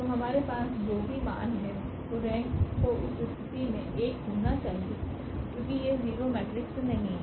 तो हमारे पास जो भी मान है तो रेंक को उस स्थिति में 1 होना चाहिए क्योंकि यह 0 मेट्रिक्स नहीं है